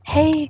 Hey